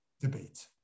debate